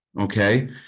okay